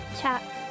Chat